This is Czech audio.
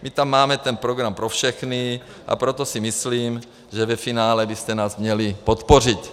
My tam máme ten program pro všechny, a proto si myslím, že ve finále byste nás měli podpořit.